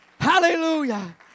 Hallelujah